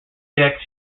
deck